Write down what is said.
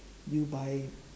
you buy